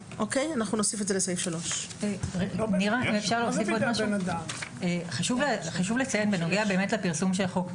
נוסיף את זה לסעיף 3. חשוב לציין בנוגע לפרסום של החוק.